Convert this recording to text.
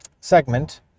segment